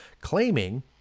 claiming